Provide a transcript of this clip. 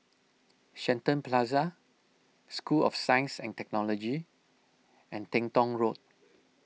Shenton Plaza School of Science and Technology and Teng Tong Road